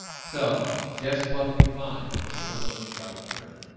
so guess what we find when we look on the shroud of turin